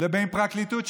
לבין פרקליטות,